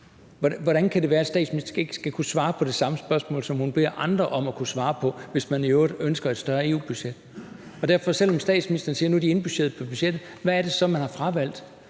Hvordan kan det være, at statsministeren ikke skal kunne svare på det samme spørgsmål, som hun beder andre om at kunne svare på, hvis man i øvrigt ønsker et større EU-budget? Selv om statsministeren siger, at nu er de indbudgetteret på budgettet, så vil jeg gerne vide: Hvad er det så, man har fravalgt?